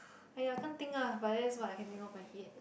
!aiya! can't think lah but that's what I can think out of my head